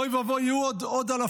אוי ואבוי, יהיו עוד אלפים.